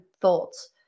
thoughts